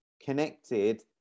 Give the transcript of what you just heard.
connected